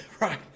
Right